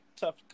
tough